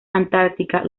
antártica